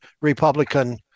Republican